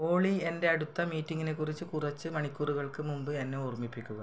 ഓളി എൻ്റെ അടുത്ത മീറ്റിംഗിനെക്കുറിച്ച് കുറച്ച് മണിക്കൂറുകൾക്ക് മുമ്പ് എന്നെ ഓർമ്മിപ്പിക്കുക